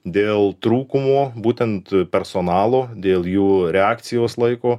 dėl trūkumo būtent personalo dėl jų reakcijos laiko